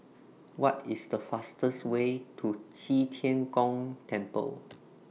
What IS The fastest Way to Qi Tian Gong Temple